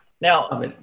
Now